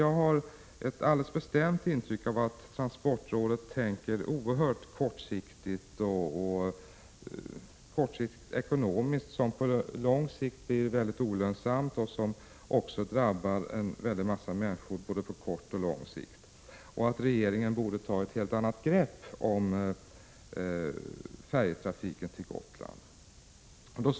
Jag har ett alldeles bestämt intryck av att transportrådet tänker ekonomiskt oerhört kortsiktigt, vilket på lång sikt blir mycket olönsamt och drabbar en massa människor på både kort och lång sikt. Jag anser att regeringen borde ta ett helt annat grepp om färjetrafiken till Gotland.